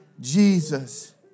Jesus